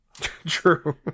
true